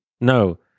No